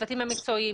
הצוותים המקצועיים,